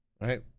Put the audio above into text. right